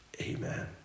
amen